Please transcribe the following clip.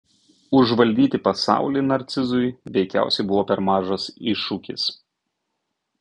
užvaldyti pasaulį narcizui veikiausiai buvo per mažas iššūkis